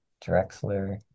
Drexler